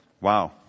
Wow